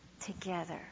together